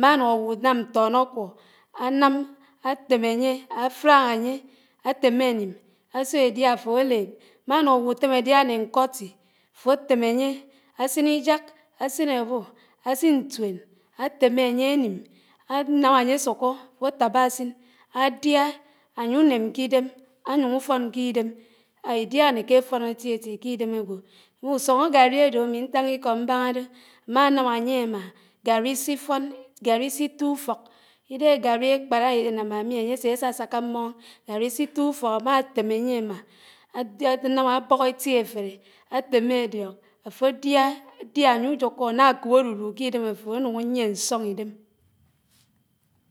má ánúñ áwùnám ñtónákwù ánám, átém ányé áfráñ ányé átémé ánùñ ásió édiá áfó áléb, mánùñ áwù ùtém édiá né ñkóti, áfó tém ányé ásín ísák, ásin ábù, ásùn ñtùén, átémé ányé ánùñ, ánám ányé ásùkù áfó átábá ásin ádiá, ányùném k’idém anáñ úfón k’ídém. Édiá ánéké áfón étíetí k’ídém ágwó ùsùñ ágárrí ádó ámí ñtáñíké mbáná dé, ámá ánám ányé ámá gárri sífón, gárri sífò ùfók, ídéhé gárri ékpád énámá mí ányé sé ásásáká mmóñ, gárri sító ùfók ámátém ányé ámá ábók éfi áféré, átémé ádiók, áfò diá, ádiá ányú ùjùkò ánákòb árùrù kídém áfó ánùn ányié ñsòñidém.